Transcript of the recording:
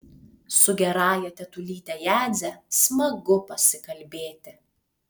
su gerąja tetulyte jadze smagu pasikalbėti